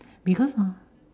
because ah